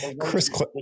chris